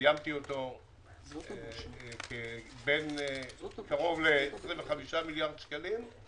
כשסיימתי את התפקיד הוא היה קרוב ל-25 מיליארד שקלים.